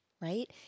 right